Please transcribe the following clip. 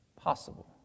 possible